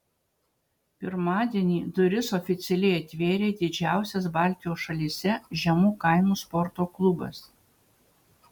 pirmadienį duris oficialiai atvėrė didžiausias baltijos šalyse žemų kainų sporto klubas